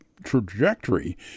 trajectory